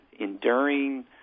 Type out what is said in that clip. enduring